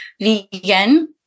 vegan